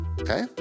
okay